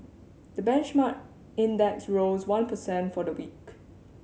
the benchmark index rose one per cent for the week